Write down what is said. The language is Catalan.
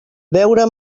veure